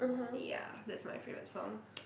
ya that's my favourite song